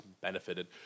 benefited